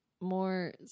more